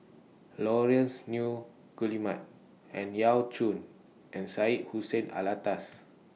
Laurence Nunns Guillemard Ang Yau Choon and Syed Hussein Alatas